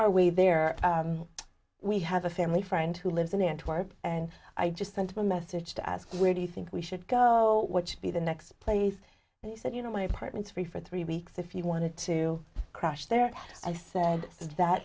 our way there we have a family friend who lives in antwerp and i just sent a message to ask you where do you think we should go what should be the next place and he said you know my apartments free for three weeks if you wanted to crash there i said that